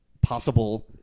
possible